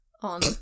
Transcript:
on